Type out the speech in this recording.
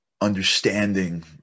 understanding